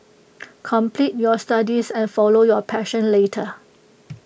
complete your studies and follow your passion later